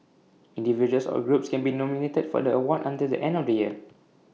individuals or groups can be nominated for the award until the end of the year